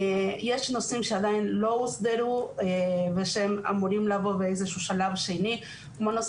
יש נושאים שעדיין לא הוסדרו ושהם אמורים לעבור באיזשהו שלב שני כמו נושא